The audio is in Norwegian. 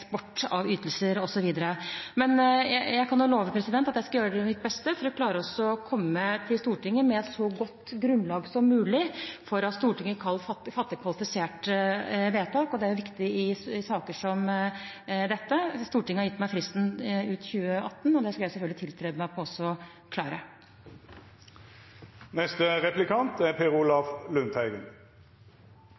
eksport av ytelser, osv. Jeg kan love at jeg skal gjøre mitt beste for å klare å komme til Stortinget med et så godt grunnlag som mulig for at Stortinget kan fatte kvalifiserte vedtak. Det er viktig i saker som denne. Stortinget har gitt meg frist ut 2018, og det skal jeg selvfølgelig bestrebe meg på å klare. Det er